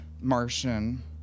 Martian